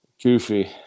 Goofy